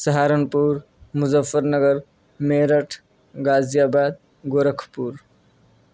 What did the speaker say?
Saharanpur Muzaffarnagar Meerut Ghaziabad Gorakhpur